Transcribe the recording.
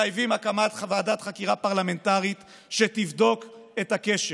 מחייבים הקמת ועדת חקירה פרלמנטרית שתבדוק את הכשל.